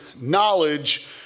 knowledge